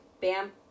Bam